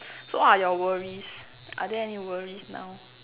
so what are your worries are there any worries now